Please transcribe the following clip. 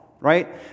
right